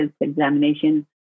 examination